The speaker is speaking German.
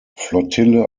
flottille